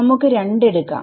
നമുക്ക് 2 എടുക്കാം